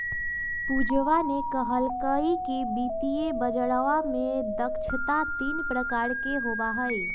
पूजवा ने कहल कई कि वित्तीय बजरवा में दक्षता तीन प्रकार के होबा हई